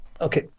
Okay